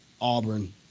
Auburn